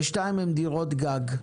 ושתיים הן דירות גג,